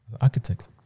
architect